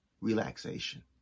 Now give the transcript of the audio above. relaxation